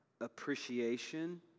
appreciation